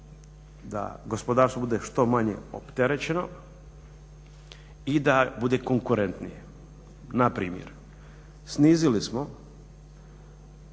da gospodarstvo bude što manje opterećeno i da bude konkurentnije. Na primjer, snizili smo